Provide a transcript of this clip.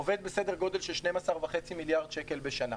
עובד בסדר גודל של 12.5 מיליארד שקל בשנה.